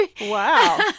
Wow